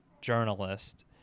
journalist